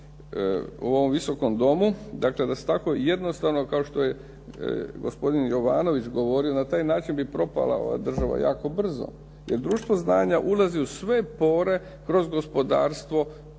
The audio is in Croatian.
u ovom Visokom domu, dakle da se tako jednostavno kao što je gospodin Jovanović govorio, na taj način bi propala ova država jako brzo jer "društvo znanja" ulazi u sve pore kroz gospodarstvo